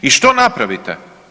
I što napravite?